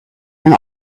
and